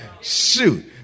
shoot